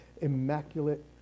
immaculate